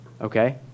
okay